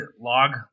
log